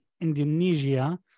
Indonesia